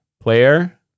player